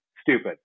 stupid